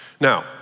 Now